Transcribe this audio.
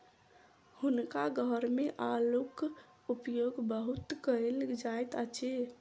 हुनका घर मे आड़ूक उपयोग बहुत कयल जाइत अछि